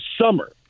summer